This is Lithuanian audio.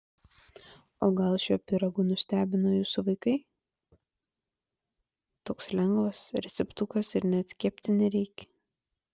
o gal šiuo pyragu nustebino jūsų vaikai toks lengvas receptukas ir net kepti nereikia